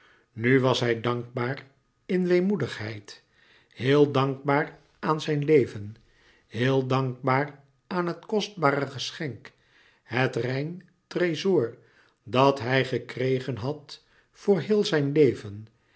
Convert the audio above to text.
nu was hij dankbaar in weemoedigheid heel dankbaar aan zijn leven heel dankbaar aan het kostbare geschenk het rein trezoor dat hij gekregen had voor héel zijn leven